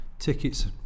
Tickets